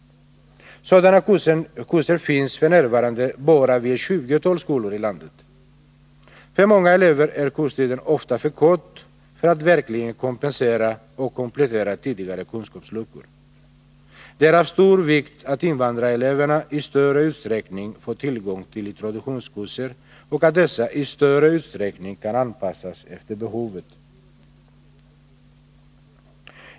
Sådana kurser finns f. n. bara vid ett tjugotal skolor i landet. För många elever är kurstiden för kort för att verkligen kompensera och komplettera tidigare kunskapsluckor. Det är av stor vikt att invandrareleverna i större utsträckning får tillgång till introduktionskurser och att dessa i större utsträckning kan anpassas efter behovet.